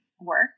work